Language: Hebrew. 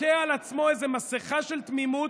עוטה על עצמו איזו מסכה של תמימות,